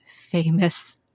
famous